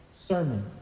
sermon